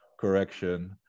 correction